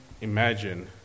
imagine